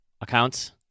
accounts